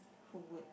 who would